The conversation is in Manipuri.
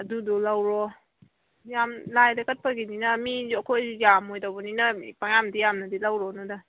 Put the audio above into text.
ꯑꯗꯨꯗꯨ ꯂꯧꯔꯣ ꯌꯥꯝ ꯂꯥꯏꯗ ꯀꯠꯄꯒꯤꯅꯤꯅ ꯃꯤ ꯑꯩꯈꯣꯏꯁꯨ ꯌꯥꯝꯂꯣꯏꯗꯧꯕꯅꯤꯅ ꯄꯪꯌꯥꯝꯗꯤ ꯌꯥꯝꯅꯗꯤ ꯂꯧꯔꯣꯅꯨꯗ